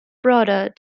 brother